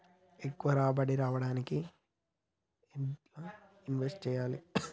ఎక్కువ రాబడి రావడానికి ఎండ్ల ఇన్వెస్ట్ చేయాలే?